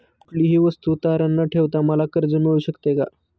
कुठलीही वस्तू तारण न ठेवता मला कर्ज मिळू शकते का?